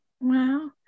Wow